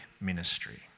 ministry